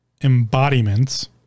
embodiments